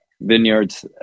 vineyards